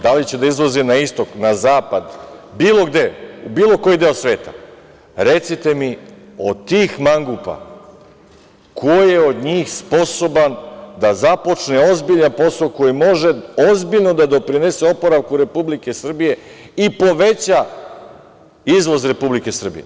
Da li će da izvozi na istok, na zapad, bilo gde, u bilo koji deo sveta, recite mi, od tih mangupa, ko je od njih sposoban da započne ozbiljan posao koji može ozbiljno da doprinese oporavku Republike Srbije i poveća izvoz Republike Srbije?